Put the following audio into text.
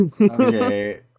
Okay